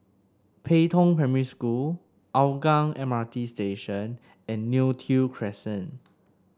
Pei Tong Primary School Hougang M R T Station and Neo Tiew Crescent